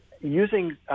using